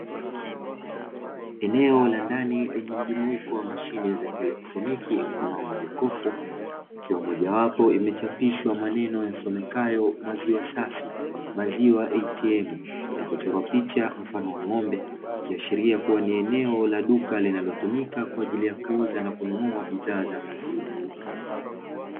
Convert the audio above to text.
Eneo la ndani lenye mjumuiko wa mashine za kielektroniki mfano wa majokofu ikiwa mojawapo imechapishwa maneno yasomekayo " MAZIWA SAFI, MAZIWA ATM " na kuchorwa picha mfano wa ng'ombe ikiashiria kuwa ni eneo la duka linalotumika kwa ajili ya kuuza na kununua bidhaa za maziwa.